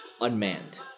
unmanned